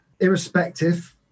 irrespective